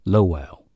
Lowell